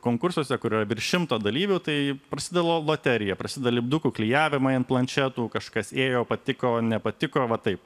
konkursuose kur yra virš šimto dalyvių tai prasideda loterija prasideda lipdukų klijavimai ant planšetų kažkas ėjo patiko nepatiko va taip